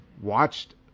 watched